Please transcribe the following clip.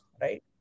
right